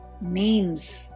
names